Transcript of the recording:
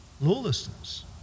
lawlessness